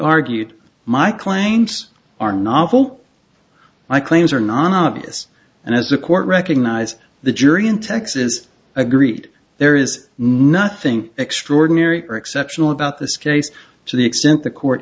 argued my claims are novel my claims are non obvious and as the court recognized the jury in texas agreed there is nothing extraordinary or exceptional about this case to the extent the court